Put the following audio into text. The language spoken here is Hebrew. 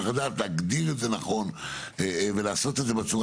צריך לדעת להגדיר את זה נכון ולעשות את זה בצורה